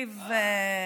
נשבע לך.